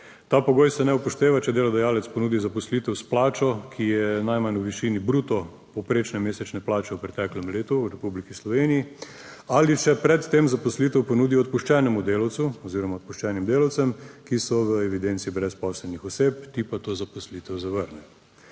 Ta pogoj se ne upošteva, če delodajalec ponudi zaposlitev s plačo, ki je najmanj v višini bruto povprečne mesečne plače v preteklem letu v Republiki Sloveniji ali če pred tem zaposlitev ponudi odpuščenemu delavcu oziroma odpuščenim delavcem, ki so v evidenci brezposelnih oseb, ti pa to zaposlitev zavrne.